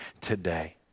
today